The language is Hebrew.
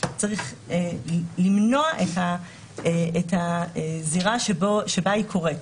צריך למנוע את הזירה שבה היא קורית.